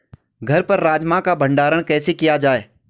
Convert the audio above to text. घर पर राजमा का भण्डारण कैसे किया जाय?